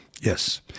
Yes